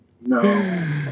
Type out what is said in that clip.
No